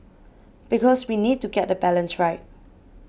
because we need to get the balance right